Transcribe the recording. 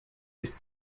ist